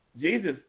Jesus